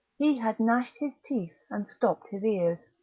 he had gnashed his teeth and stopped his ears.